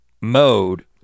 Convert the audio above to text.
mode